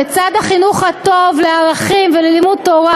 בצד החינוך הטוב לערכים וללימוד תורה,